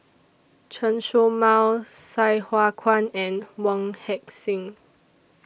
Chen Show Mao Sai Hua Kuan and Wong Heck Sing